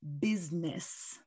business